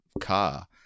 car